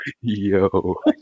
Yo